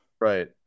Right